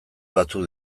batzuk